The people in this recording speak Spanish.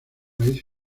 raíz